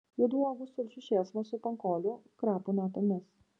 juodų uogų sulčių šėlsmas su pankolių krapų natomis